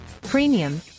premium